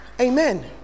Amen